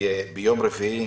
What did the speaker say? וביום רביעי